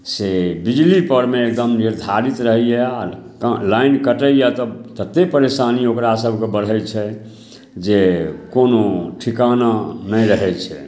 से बिजलीपरमे एकदम निर्धारित रहैए आओर लाइन कटैए तऽ ततेक परेशानी ओकरासभकेँ बढ़ै छै जे कोनो ठेकाना नहि रहै छै